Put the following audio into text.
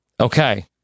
Okay